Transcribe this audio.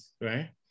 right